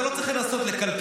אתה לא צריך לנסות לקלקל.